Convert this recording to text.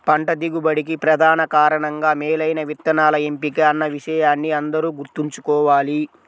పంట దిగుబడికి ప్రధాన కారణంగా మేలైన విత్తనాల ఎంపిక అన్న విషయాన్ని అందరూ గుర్తుంచుకోవాలి